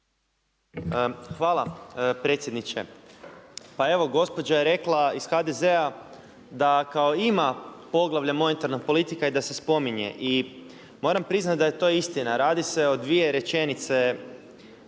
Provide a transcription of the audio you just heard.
Hvala predsjedniče. Pa evo gospođa je rekla iz HDZ-a da kao ima poglavlje monetarna politika i da se spominje. Moram priznati da je to istina. Radi se o dvije rečenice